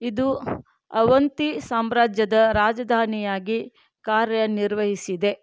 ಇದು ಆವಂತಿ ಸಾಮ್ರಾಜ್ಯದ ರಾಜಧಾನಿಯಾಗಿ ಕಾರ್ಯನಿರ್ವಹಿಸಿದೆ